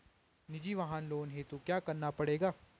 निजी वाहन लोन हेतु क्या करना पड़ेगा?